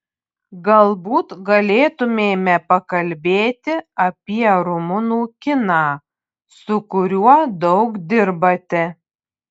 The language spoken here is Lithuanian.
galbūt galėtumėme pakalbėti apie rumunų kiną su kuriuo daug dirbate